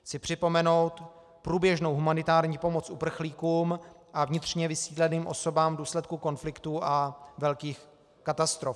Chci připomenout průběžnou humanitární pomoc uprchlíkům a vnitřně vysídleným osobám v důsledku konfliktů a velkých katastrof.